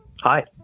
Hi